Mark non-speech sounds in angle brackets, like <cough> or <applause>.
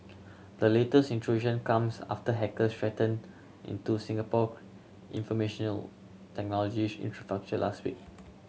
the latest intrusion comes after hacker threaten into Singapore <unintelligible> information O technologies infrastructure last week